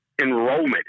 enrollment